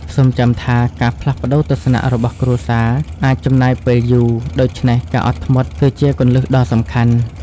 សូមចាំថា ការផ្លាស់ប្តូរទស្សនៈរបស់គ្រួសារអាចចំណាយពេលយូរ ដូច្នេះការអត់ធ្មត់គឺជាគន្លឹះដ៏សំខាន់។